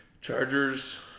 Chargers